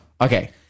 Okay